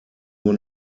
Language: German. nur